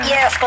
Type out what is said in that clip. Yes